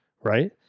right